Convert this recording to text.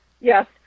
yes